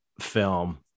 film